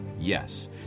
Yes